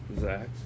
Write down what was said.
Zach